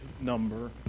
number